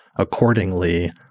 accordingly